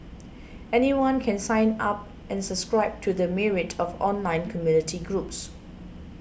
anyone can sign up and subscribe to the myriad of online community groups